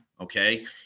Okay